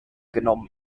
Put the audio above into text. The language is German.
genommen